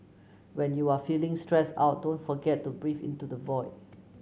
when you are feeling stressed out don't forget to breathe into the void